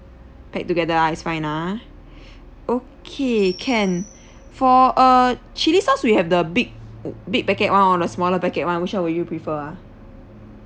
packed together ah is fine ah okay can for err chilli sauce we have the big big packet [one] or the smaller packet [one] which [one] will you prefer ah